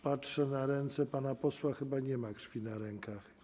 Patrzę na ręce pana posła - chyba nie ma krwi na rękach.